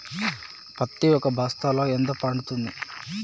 పత్తి ఒక బస్తాలో ఎంత పడ్తుంది?